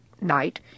night